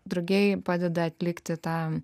drugiai padeda atlikti tą